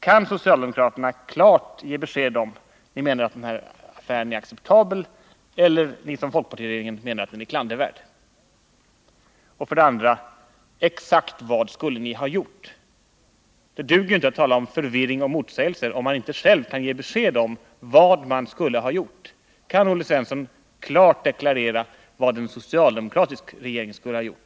Kan socialdemokraterna ge ett klart besked om huruvida ni menar att affären är acceptabel eller att den — som folkpartiregeringen menar — är klandervärd? För det andra: Exakt vad skulle ni ha gjort i samma läge? Det räcker inte med att tala om förvirring och motsägelser när man inte kan ge besked om vad man själv skulle ha gjort. Kan Olle Svensson klart deklarera vad en socialdemokratisk regering skulle ha gjort?